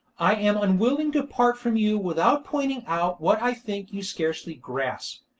i am unwilling to part from you without pointing out what i think you scarcely grasp,